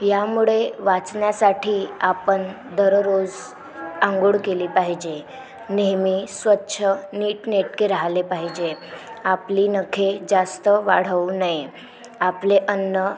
यामुळे वाचण्यासाठी आपण दररोज आंघोळ केली पाहिजे नेहमी स्वच्छ नीटनेटके राहिले पाहिजे आपली नखे जास्त वाढवू नये आपले अन्न